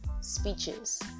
speeches